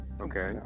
Okay